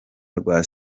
rwa